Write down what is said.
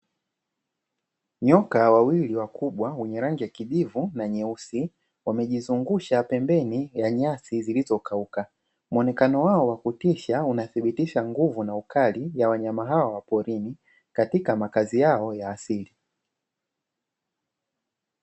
Nyoka wawili wakubwa wenye rangi ya kijivu na nyeusi wamejizungusha pembeni ya nyasi zilizokauka, muonekano wao wa kutisha unathibitisha nguvu na ukali ya wanyama hawa wa porini katika makazi yao ya asili.